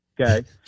Okay